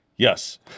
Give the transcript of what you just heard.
Yes